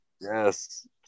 Yes